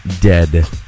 Dead